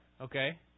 Okay